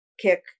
kick